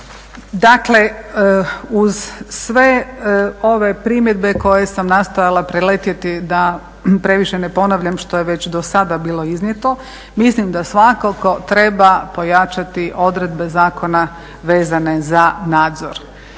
Dakle, uz sve ove primjedbe koje sam nastojala preletjeti da previše ne ponavljam što je već do sada bilo iznijeto mislim da svakako treba pojačati odredbe zakona vezane za nadzor.